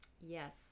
Yes